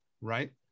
right